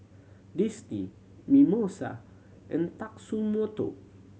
Disney Mimosa and Tatsumoto